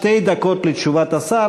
שתי דקות לתשובת השר.